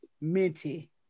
Minty